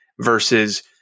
versus